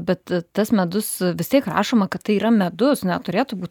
bet tas medus vis tiek rašoma kad tai yra medus neturėtų būt